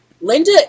Linda